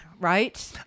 right